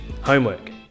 homework